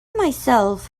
myself